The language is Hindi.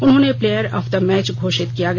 उन्हें प्लेयर ऑफ द मैच घोषित किया गया